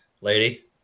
lady